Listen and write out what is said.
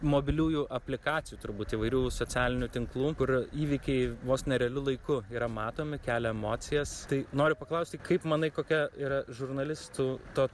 mobiliųjų aplikacijų turbūt įvairių socialinių tinklų kur įvykiai vos ne realiu laiku yra matomi kelia emocijas tai noriu paklausti kaip manai kokia yra žurnalistų to